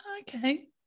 Okay